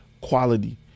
quality